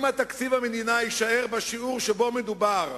אם תקציב המדינה יישאר בשיעור שבו מדובר,